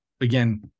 again